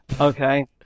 Okay